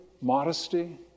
modesty